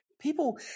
people